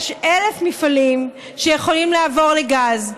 יש 1,000 מפעלים שיכולים לעבור לגז.